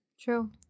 True